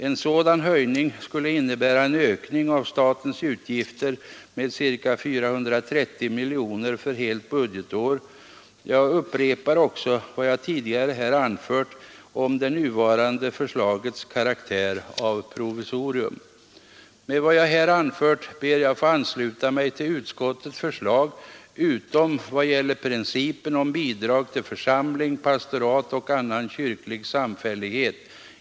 En sådan höjning skulle innebära en ökning av statens utgifter med ca 430 miljoner kronor för helt budgetår. Jag upprepar också vad jag tidigare anfört om det nuvarande förslagets karaktär av provisorium. Med vad jag här anfört ber jag att få ansluta mig till utskottets förslag utom vad gäller principen om bidrag till församling, pastorat och annan kyrklig samfällighet.